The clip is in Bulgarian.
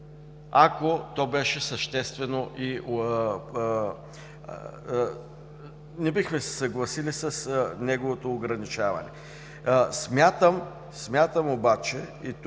ако то беше съществено. Не бихме се съгласили с неговото ограничаване! Смятам обаче, и тук